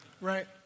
right